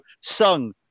sung